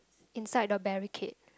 inside the barricade